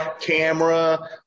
camera